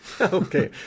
Okay